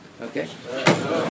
okay